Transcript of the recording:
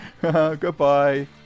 Goodbye